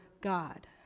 God